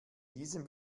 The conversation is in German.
diesem